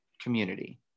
community